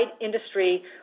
industry